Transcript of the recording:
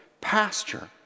pasture